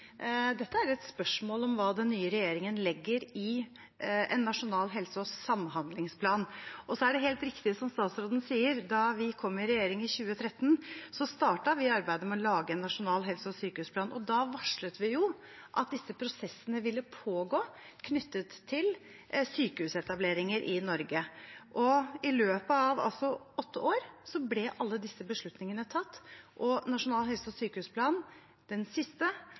Dette er et spørsmål om hva den nye regjeringen legger i en nasjonal helse- og samhandlingsplan. Det er helt riktig, som statsråden sier, at da vi kom i regjering i 2013, startet vi arbeidet med å lage en nasjonal helse- og sykehusplan. Da varslet vi at disse prosessene knyttet til sykehusetableringer i Norge ville pågå. I løpet av åtte år ble alle disse beslutningene tatt, og den siste Nasjonal helse- og sykehusplan slo veldig tydelig fast hvordan sykehuskartet i Norge skal være. Den